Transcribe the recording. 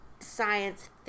science